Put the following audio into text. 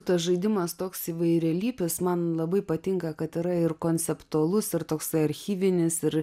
tas žaidimas toks įvairialypis man labai patinka kad yra ir konceptualus ir toks archyvinis ir